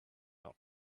not